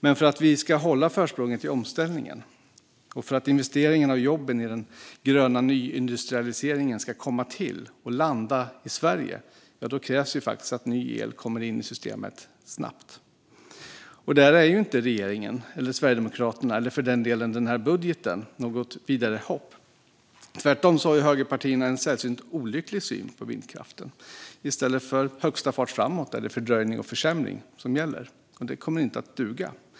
Men för att vi ska hålla försprånget i omställningen och för att investeringarna och jobben i den gröna nyindustrialiseringen ska komma till och landa i Sverige krävs det faktiskt att ny el kommer in i systemet snabbt. Där ger ju inte regeringen och Sverigedemokraterna, eller för den delen den här budgeten, något vidare hopp. Tvärtom har högerpartierna en sällsynt olycklig syn på vindkraften. I stället för högsta fart framåt är det fördröjning och försämring som gäller, och det kommer inte att duga.